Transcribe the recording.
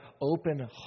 open